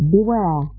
Beware